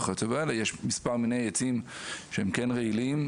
ויש מספר מיני עצים שהם כן רעילים,